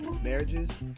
marriages